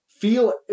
Feel